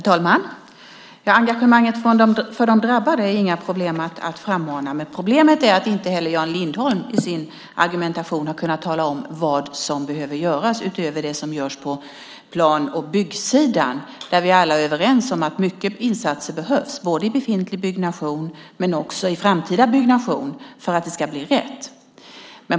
Herr talman! Engagemanget för de drabbade är det inga problem att frammana. Problemet är att inte heller Jan Lindholm i sin argumentation har kunnat tala om vad som behöver göras utöver det som görs på plan och byggsidan. Vi är ju alla överens om att många insatser behövs både i befintlig byggnation och i framtida byggnation för att det ska bli rätt.